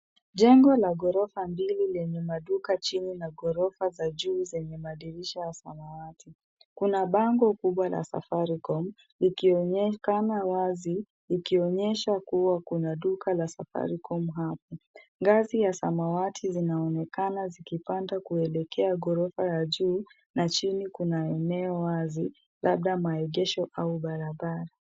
Jengo la ghorofa mbili lenye maduka chini na ghorofa za juu zenye madirisha ya samawati. Kuna bango kubwa la Safaricom ikionekana wazi ikionyesha kuwa kuna duka la Safaricom hapo. Ngazi ya samawati zinaonekana zikipanda kuelekea ghorofa ya juu na chini kuna eneo wazi labda maegesho au barabara.